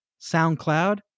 SoundCloud